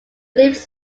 lived